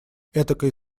этакой